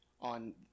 on